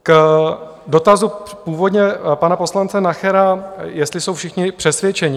K dotazu původně pana poslance Nachera, jestli jsou všichni přesvědčeni.